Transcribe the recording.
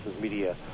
media